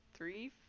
Three